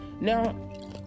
Now